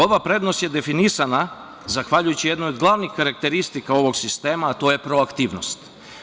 Ova prednost je definisana zahvaljujući jednoj od glavnih karakteristika ovog sistema, a to je proaktivnost.